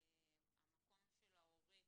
המקום של ההורה בגידול,